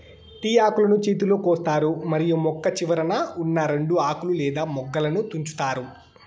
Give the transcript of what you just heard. tea ఆకులను చేతితో కోస్తారు మరియు మొక్క చివరన ఉన్నా రెండు ఆకులు లేదా మొగ్గలను తుంచుతారు